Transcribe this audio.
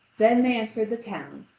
then they entered the town,